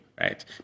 right